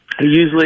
usually –